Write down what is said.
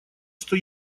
что